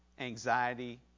anxiety